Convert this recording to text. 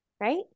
right